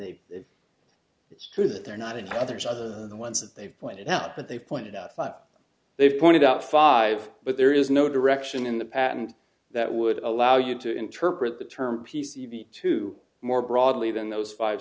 the it's true that they're not in others other than the ones that they've pointed out but they've pointed out five they've pointed out five but there is no direction in the patent that would allow you to interpret the term p c b two more broadly than those five